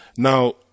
Now